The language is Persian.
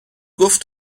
گفت